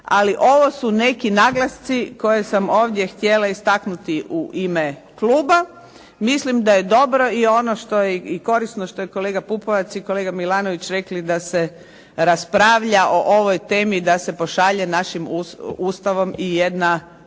ali ovo su neki naglasci koje sam ovdje htjela istaknuti u ime kluba. Mislim da je dobro i korisno ono što je kolega Pupovac i kolega Milanović rekli da se raspravlja o ovoj temi da se pošalje našim Ustavom i jedna